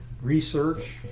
research